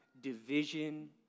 division